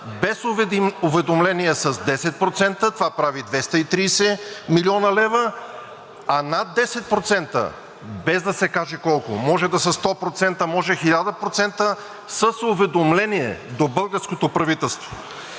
без уведомление с 10% – това прави 230 млн. лв., а над 10%, без да се каже колко – може да са 100%, може 1000%, с уведомление до българското правителство.